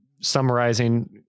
summarizing